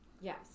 Yes